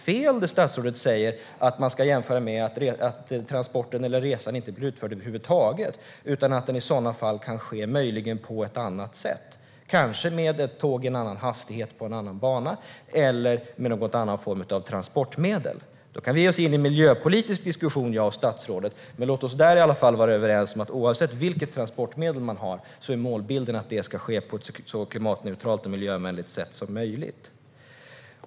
Men det är fel att jämföra med att transporten eller resan inte blir utförd över huvud taget, som statsrådet säger; den kan i stället möjligen ske på ett annat sätt, kanske med ett tåg i en annan hastighet på en annan bana eller med någon annan form av transportmedel. Då kan vi ge oss in i en miljöpolitisk diskussion, jag och statsrådet, men låt oss i alla fall vara överens om att oavsett vilket transportmedel man har är målbilden att det ska ske på ett så klimatneutralt och miljövänligt sätt som möjligt.